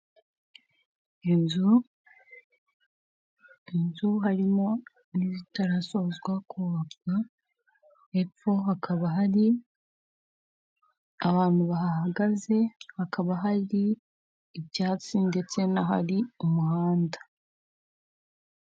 Inzu, inzu harimo n'izitarasozwa kubakwa, hepfo hakaba hari abantu bahahagaze, hakaba hari ibyatsi, ndetse n'ahari umuhanda.